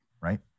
right